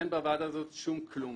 אין בוועדה הזאת שום כלום